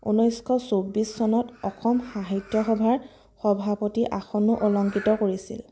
ঊনৈছশ চৌব্বিছ চনত অসম সাহিত্যসভাৰ সভাপতিৰ আসনো অলংকৃত কৰিছিল